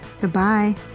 goodbye